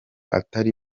atari